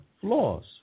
Flaws